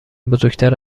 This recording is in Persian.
بزرگتر